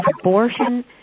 abortion